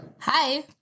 Hi